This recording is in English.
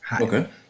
okay